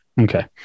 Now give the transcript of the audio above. okay